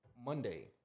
Monday